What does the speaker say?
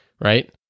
right